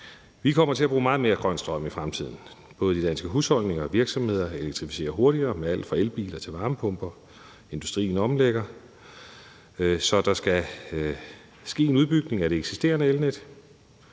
Vi kommer til at bruge meget mere grøn strøm i fremtiden. Både i de danske husholdninger og i virksomheder vil der blive elektrificeret hurtigere med alt fra elbiler til varmepumper, og industrien omlægger. Så der skal ske en udbygning af det eksisterende elnet,